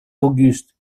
auguste